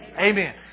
Amen